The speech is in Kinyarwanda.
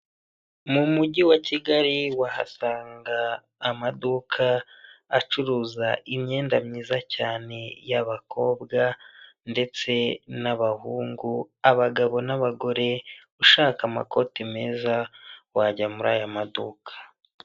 Ni umujyi wa Kigali wahasanga amaduka acuruza imyenda myiza cyane y'abakobwa ndetse n'abahungu, abagabo n'abagore, ushaka amakote meza wajya muri aya maduka.